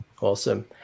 Awesome